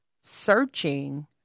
searching